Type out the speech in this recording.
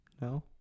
No